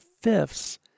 fifths